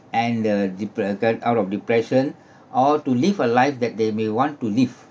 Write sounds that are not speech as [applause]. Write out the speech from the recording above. and the depre~ get out of depression [breath] or to live a life that they may want to live